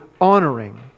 honoring